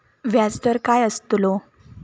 व्याज दर काय आस्तलो?